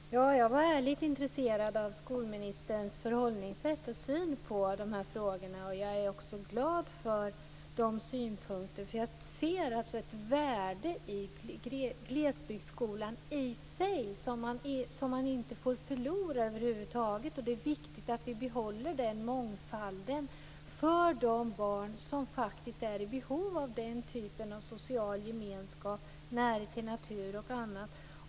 Fru talman! Jag var ärligt intresserad av skolministerns förhållningssätt och syn på de här frågorna. Jag är också glad för dessa synpunkter. Jag ser ett värde i glesbygdsskolan i sig som man över huvud taget inte får förlora. Det är viktigt att vi behåller denna mångfald för de barn som är i behov av den här typen av social gemenskap, närhet till natur osv.